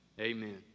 amen